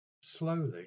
Slowly